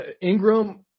Ingram